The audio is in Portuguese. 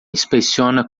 inspeciona